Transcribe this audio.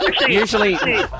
Usually